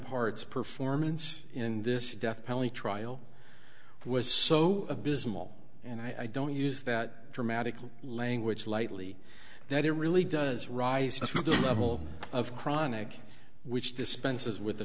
parts performance in this death penalty trial was so abysmal and i don't use that dramatical language lightly that it really does rise to the level of chronic which dispenses with the